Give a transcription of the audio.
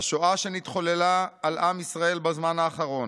"השואה שנתחוללה על עם ישראל בזמן האחרון,